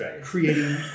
creating